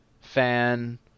fan